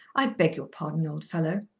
i beg your pardon, old fellow.